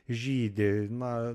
žydi na